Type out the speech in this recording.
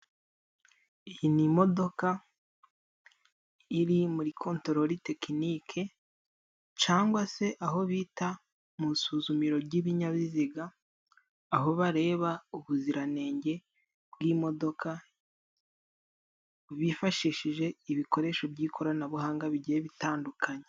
Iyi ni imodoka iri muri contoroletekinike cagwa se aho bita mu isuzumiro ry'ibinyabiziga, aho bareba ubuziranenge bw'imodoka bifashishije ibikoresho by'ikoranabuhanga bigiye bitandukanye.